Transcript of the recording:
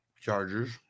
Chargers